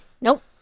Nope